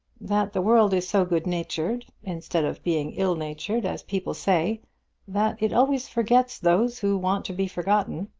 that the world is so good-natured instead of being ill-natured, as people say that it always forgets those who want to be forgotten.